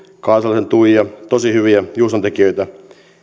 kaasalaisen tuija tosi hyviä juustontekijöitä